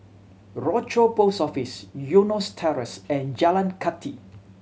Rochor Post Office Eunos Terrace and Jalan Kathi